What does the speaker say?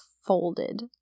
folded